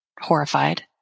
horrified